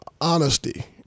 honesty